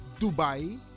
Dubai